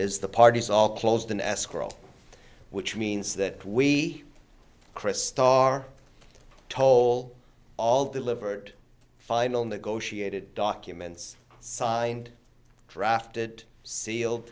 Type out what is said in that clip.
is the parties all closed in escrow which means that we chris star toll all delivered final negotiated documents signed drafted sealed